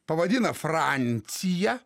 pavadina francija